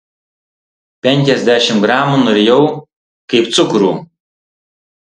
penkiasdešimt gramų nurijau kaip cukrų